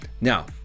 Now